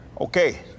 Okay